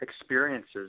experiences